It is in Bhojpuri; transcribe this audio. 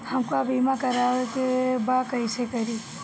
हमका बीमा करावे के बा कईसे करी?